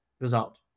result